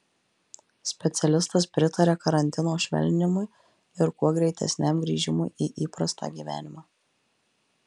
specialistas pritaria karantino švelninimui ir kuo greitesniam grįžimui į įprastą gyvenimą